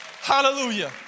Hallelujah